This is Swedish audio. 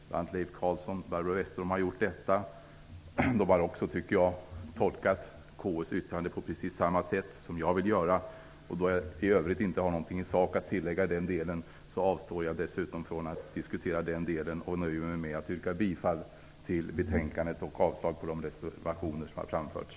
Bl.a. Leif Carlson och Barbro Westerholm har gjort detta. De har också tolkat KU:s yttrande på precis samma sätt som jag vill göra. Då jag i övrigt inte har något i sak att tillägga i den delen avstår jag från att diskutera den, utan nöjer mig med att yrka bifall till utskottets hemställan och avslag på de reservationer som har framförts.